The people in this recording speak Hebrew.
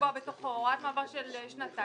לקבוע בתוכו הוראת מעבר של שנתיים,